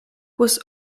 was